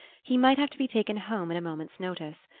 he might have to be taken home at a moment's notice.